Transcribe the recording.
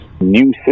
new